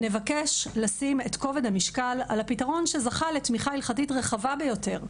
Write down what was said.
נבקש לשים את כובד המשקל על הפתרון שזכה לתמיכה הלכתית רחבה ביותר,